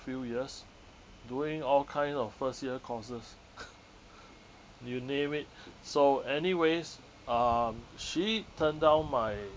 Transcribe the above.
few years doing all kind of first year courses you name it so anyways um she turned down my